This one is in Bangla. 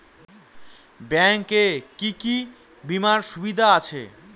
ব্যাংক এ কি কী বীমার সুবিধা আছে?